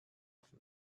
from